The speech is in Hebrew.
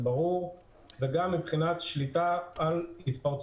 הדבר האחרון שהוא חשוב ואני חושבת שזה משהו שאנחנו דנים בתוך הצוותים